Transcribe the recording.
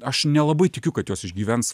aš nelabai tikiu kad jos išgyvens